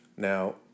Now